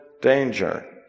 danger